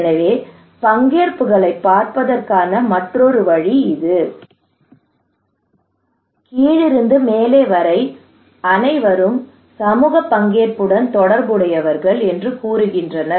எனவே பங்கேற்புகளைப் பார்ப்பதற்கான மற்றொரு வழி இது கீழிருந்து மேலே வரை அனைவரும் சமூக பங்கேற்புடன் தொடர்புடையவர்கள் என்று கூறுகின்றனர்